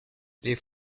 les